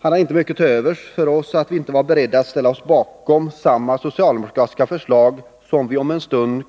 Han hade inte mycket till övers för oss, på grund av att vi inte var beredda att ställa oss bakom samma socialdemokratiska förslag som vi om en stund,